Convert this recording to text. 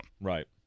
right